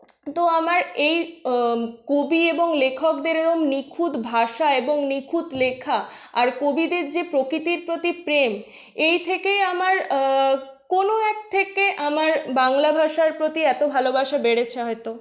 তো আমার এই কবি এবং লেখকদের এরম নিখুঁত ভাষা এবং নিখুঁত লেখা আর কবিদের যে প্রকৃতির প্রতি প্রেম এই থেকেই আমার কোন এক থেকে আমার বাংলা ভাষার প্রতি এতো ভালোবাসা বেড়েছে হয়তো